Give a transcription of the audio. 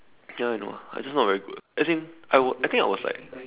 ya I know I just not very good as in I was I think I was like